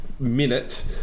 Minute